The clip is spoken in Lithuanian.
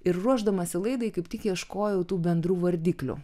ir ruošdamasi laidai kaip tik ieškojau tų bendrų vardiklių